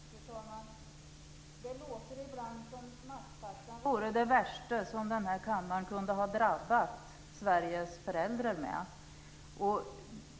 Fru talman! Det låter ibland som om maxtaxan vore det värsta som denna kammare kunde ha utsatt Sveriges föräldrar med.